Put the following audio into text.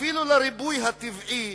אפילו לריבוי הטבעי.